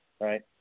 right